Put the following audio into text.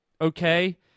okay